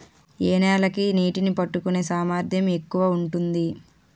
ఏ నేల కి నీటినీ పట్టుకునే సామర్థ్యం ఎక్కువ ఉంటుంది?